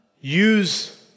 use